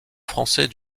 français